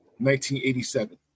1987